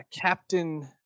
Captain